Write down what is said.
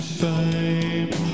fame